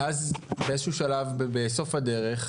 ואז באיזשהו שלב בסוף הדרך,